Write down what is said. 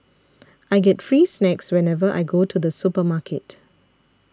I get free snacks whenever I go to the supermarket